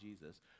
Jesus